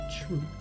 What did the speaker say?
truth